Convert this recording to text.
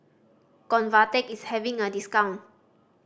convatec is having a discount